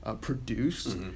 produced